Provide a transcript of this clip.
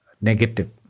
negative